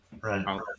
Right